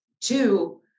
Two